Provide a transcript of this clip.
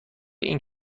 این